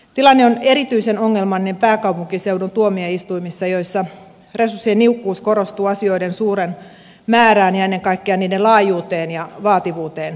tilanne on erityisen ongelmallinen pääkaupunkiseudun tuomioistuimissa joissa resurssien niukkuus korostuu asioiden suureen määrään ja ennen kaikkea niiden laajuuteen ja vaativuuteen nähden